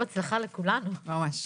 בהצלחה לכולנו, ממש.